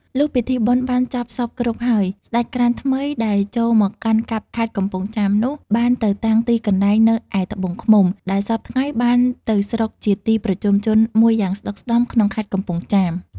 លុះពិធីបុណ្យបានចប់សព្វគ្រប់ហើយ ស្ដេចក្រាញ់ថ្មីដែលចូលមកកាន់កាប់ខេត្តកំពង់ចាមនោះ បានទៅតាំងទីកន្លែងនៅឯត្បូងឃ្មុំ ដែលសព្វថ្ងៃបានទៅស្រុក ជាទីប្រជុំជនមួយយ៉ាងស្ដុកស្ដម្ភ ក្នុងខេត្តកំពង់ចាម ។